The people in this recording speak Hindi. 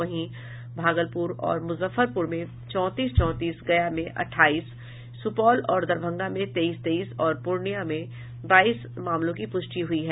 वहीं भागलपुर और मुजफ्फरपुर में चौंतीस चौंतीस गया में अठाईस सुपौल और दरभंगा में तेईस तेईस और पूर्णिया में बाईस मामलों की पुष्टि हुई है